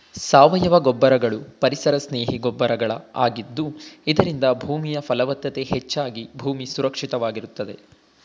ಸಾವಯವ ಗೊಬ್ಬರಗಳು ಪರಿಸರ ಸ್ನೇಹಿ ಗೊಬ್ಬರಗಳ ಆಗಿದ್ದು ಇದರಿಂದ ಭೂಮಿಯ ಫಲವತ್ತತೆ ಹೆಚ್ಚಾಗಿ ಭೂಮಿ ಸುರಕ್ಷಿತವಾಗಿರುತ್ತದೆ